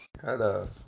Hello